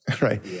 right